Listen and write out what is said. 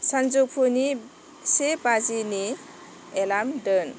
सानजौफुनि से बाजिनि एलार्म दोन